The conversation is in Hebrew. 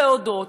ולהודות,